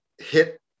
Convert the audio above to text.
hit